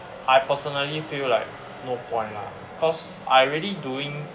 I personally feel like no point lah cause I already doing